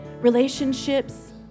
relationships